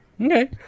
Okay